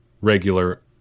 regular